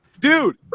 Dude